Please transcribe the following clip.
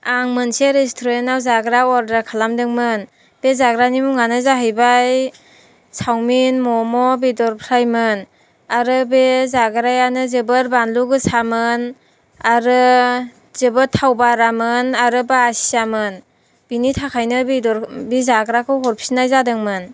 आं मोनसे रेस्टुरेन्टआव जाग्रा अर्दार खालामदोंमोन बे जाग्रानि मुङानो जाहैबाय सावमिन मम' बेदर फ्रायमोन आरो बे जाग्रायानो जोबोर बानलु गोसामोन आरो जोबोद थाव बारामोन आरो बासियामोन बिनि थाखायनो बि जाग्राखौ हरफिननाय जादोंमोन